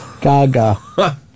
Gaga